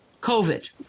COVID